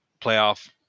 playoff